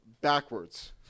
backwards